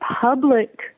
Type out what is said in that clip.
public